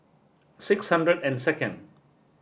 six hundred and second